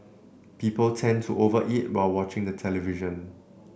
people tend to over eat while watching the television